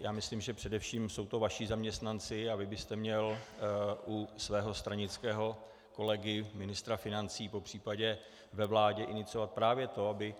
Já myslím, že především jsou to vaši zaměstnanci a vy byste měl u svého stranického kolegy ministra financí, popřípadě ve vládě iniciovat právě to, aby